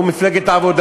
הוא ממפלגת העבודה.